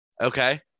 Okay